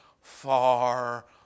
far